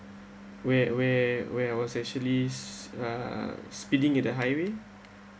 where where where I was actually uh speeding in the highway